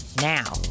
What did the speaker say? Now